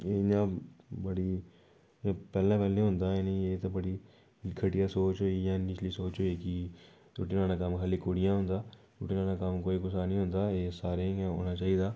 एह् जि'यां पह्लें पह्लें होंदा हां इत्थै बड़ी घटिया सोच होई गेई जां नीचली सोच होई कि रुट्टी बनाने दा कम्म खाली कुडियें दा होंदा रुट्टी बनाने दा कम्म कोई कुसै दा नेईं होंदा एह् सारें गी औंना चाहिदा